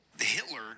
Hitler